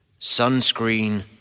sunscreen